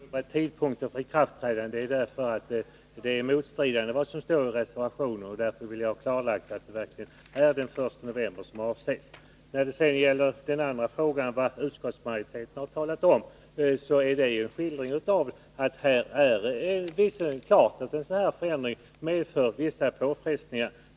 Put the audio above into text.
Herr talman! Att jag åberopar tidpunkten för ikraftträdandet beror på att det är motstridiga förslag i reservationen och i motionen. Därför vill jag ha klarlagt att det verkligen är den 1 november som avses. När det gäller vad utskottsmajoriteten har talat om, så är det en skildring av att en sådan här förändring självfallet medför vissa påfrestningar.